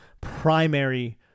primary